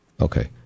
Okay